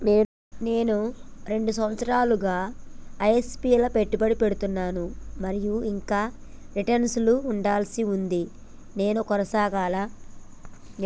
నేను రెండు సంవత్సరాలుగా ల ఎస్.ఐ.పి లా పెట్టుబడి పెడుతున్నాను మరియు ఇంకా రిటర్న్ లు చూడాల్సి ఉంది నేను కొనసాగాలా?